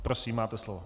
Prosím, máte slovo.